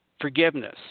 forgiveness